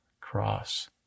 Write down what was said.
cross